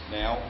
now